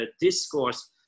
discourse